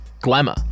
glamour